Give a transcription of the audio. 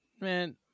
man